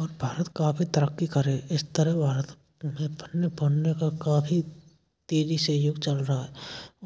और भारत काफ़ी तरक्की करें इस तरह भारत में फलने फूलने का काफ़ी तेज़ी से युग चल रहा है